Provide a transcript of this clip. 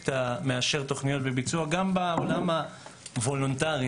ומאשר תוכניות לביצוע גם בעולם הוולנטרי,